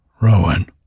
Rowan